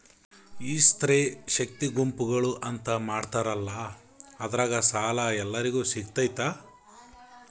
ಈ ಸ್ತ್ರೇ ಶಕ್ತಿ ಗುಂಪುಗಳು ಅಂತ ಮಾಡಿರ್ತಾರಂತಲ ಅದ್ರಾಗ ಸಾಲ ಎಲ್ಲರಿಗೂ ಸಿಗತೈತಾ?